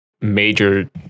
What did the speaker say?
major